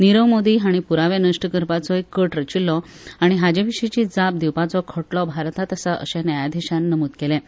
नीरव मोदी हाणें प्रावे नश्ट करपाचोय कट रचिल्लो आनी हाचे विशींय जाप दिवपाचो खटलो भारतांत आसा अशेंय न्यायाधिशान नमूद केलें